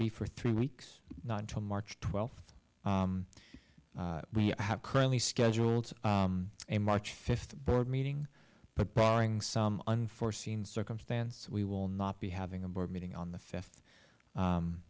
be for three weeks not until march twelfth we have currently scheduled a march fifth board meeting but brawling some unforeseen circumstance we will not be having a board meeting on the fifth